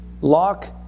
lock